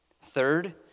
Third